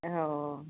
हो